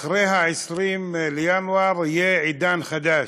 אחרי 20 בינואר יהיה עידן חדש,